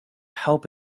help